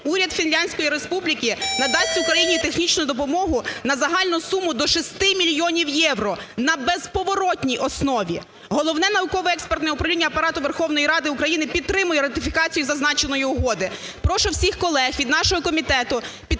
Уряд Фінляндської Республіки надасть Україні технічну допомогу на загальну суму до 6 мільйонів євро на безповоротній основі. Головне науково-експертне управління Апарату Верховної Ради України підтримує ратифікацію зазначеної угоди.